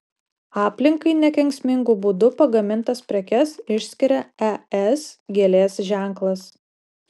aplinkai nekenksmingu būdu pagamintas prekes išskiria es gėlės ženklas